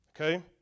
Okay